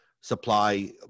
supply